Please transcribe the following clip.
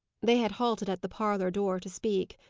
they had halted at the parlour door to speak.